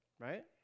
right